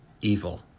evil